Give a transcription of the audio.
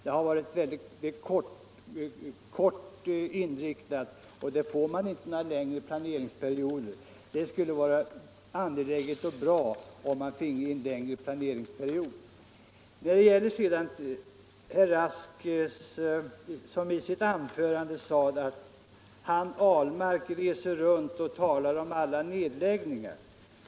Det skulle vara angeläget och bra med längre planeringsperioder i stället för de korta planeringsperioder som industridepartementet här tillämpar. Herr Rask sade i sitt anförande att herr Ahlmark reser runt och talar om alla nedläggningar.